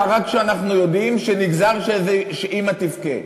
רק שאנחנו יודעים שנגזר שאיזו אימא תבכה.